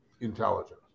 intelligence